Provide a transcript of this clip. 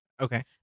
okay